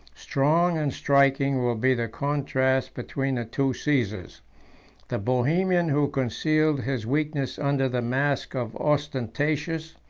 strong and striking will be the contrast between the two caesars the bohemian who concealed his weakness under the mask of ostentation,